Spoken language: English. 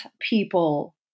people